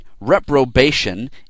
reprobation